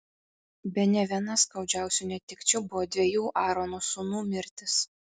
bene viena skaudžiausių netekčių buvo dviejų aarono sūnų mirtis